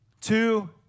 two